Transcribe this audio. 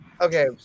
Okay